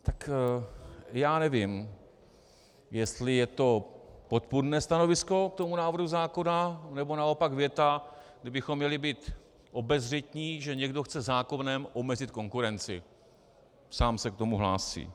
Tak já nevím, jestli je to podpůrné stanovisko k tomu návrhu zákona, nebo naopak věta, kdy bychom měli být obezřetní, že někdo chce zákonem omezit konkurenci a sám se k tomu hlásí.